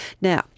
Now